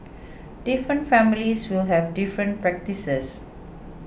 different families will have different practices